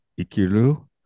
Ikiru